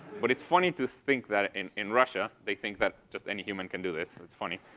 but it's funny to think that in in russia they think that just any human can do this. it's funny.